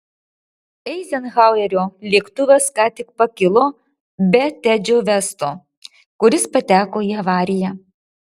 eizenhauerio lėktuvas ką tik pakilo be tedžio vesto kuris pateko į avariją